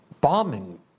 bombing